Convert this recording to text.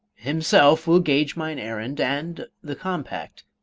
himself will gauge mine errand, and the compact,